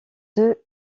deux